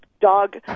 dog